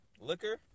Liquor